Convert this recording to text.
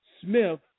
Smith